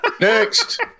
Next